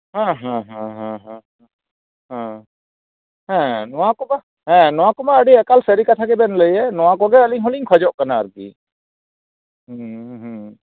ᱦᱮᱸ ᱦᱮᱸ ᱦᱮᱸ ᱦᱮᱸ ᱦᱮᱸ ᱦᱮᱸ ᱦᱮᱸ ᱱᱚᱣᱟ ᱠᱚᱢᱟ ᱦᱮᱸ ᱱᱚᱣᱟ ᱠᱚᱢᱟ ᱟᱹᱰᱤ ᱮᱠᱟᱞ ᱥᱟᱹᱨᱤ ᱠᱟᱛᱷᱟ ᱜᱮᱵᱮᱱ ᱞᱟᱹᱭᱮᱫ ᱱᱚᱣᱟ ᱠᱚᱜᱮ ᱟᱞᱤᱧ ᱦᱚᱞᱤᱧ ᱠᱷᱚᱡᱚᱜ ᱠᱟᱱᱟ ᱟᱨᱠᱤ ᱦᱩᱸ ᱦᱩᱸ